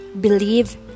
believe